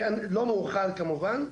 לא מאוחר כמובן.